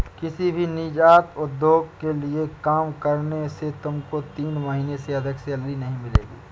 किसी भी नीजात उद्योग के लिए काम करने से तुमको तीन महीने से अधिक सैलरी नहीं मिल सकेगी